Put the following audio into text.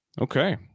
Okay